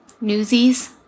Newsies